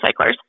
recyclers